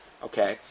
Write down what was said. Okay